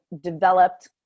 developed